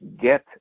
get